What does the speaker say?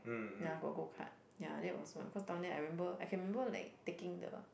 ya got Go Cart ya that was why cause down there I remember I can remember like taking the